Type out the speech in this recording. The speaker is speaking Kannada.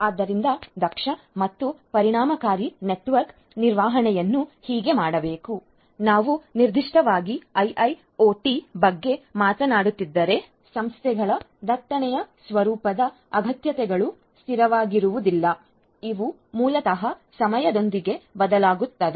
ಆದ್ದರಿಂದ ದಕ್ಷ ಮತ್ತು ಪರಿಣಾಮಕಾರಿ ನೆಟ್ವರ್ಕ್ ನಿರ್ವಹಣೆಯನ್ನು ಹೇಗೆ ಮಾಡಬೇಕು ನಾವು ನಿರ್ದಿಷ್ಟವಾಗಿ ಐಐಒಟಿ ಬಗ್ಗೆ ಮಾತನಾಡುತ್ತಿದ್ದರೆ ಸಂಸ್ಥೆಗಳ ನೆಟ್ವರ್ಕ್ ಸಂಚಾರ ಸ್ವರೂಪದ ಅಗತ್ಯತೆಗಳು ಸ್ಥಿರವಾಗಿರುವುದಿಲ್ಲ ಇವು ಮೂಲತಃ ಸಮಯದೊಂದಿಗೆ ಬದಲಾಗುತ್ತವೆ